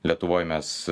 lietuvoj mes